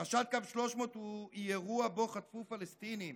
פרשת קו 300 היא אירוע שבו חטפו פלסטינים